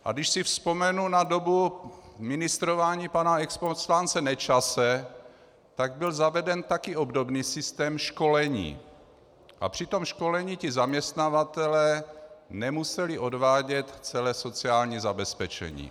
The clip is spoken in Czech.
A když si vzpomenu na dobu ministrování pana exposlance Nečase, tak byl zaveden taky obdobný systém školení a při tom školení zaměstnavatelé nemuseli odvádět celé sociální zabezpečení.